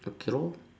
okay lor